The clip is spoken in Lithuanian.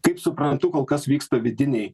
kaip suprantu kol kas vyksta vidiniai